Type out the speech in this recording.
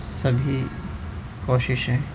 سبھی کوششیں